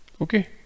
okay